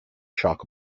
shock